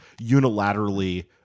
unilaterally